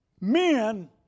men